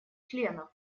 членов